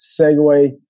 segue